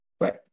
Right